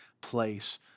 place